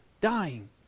dying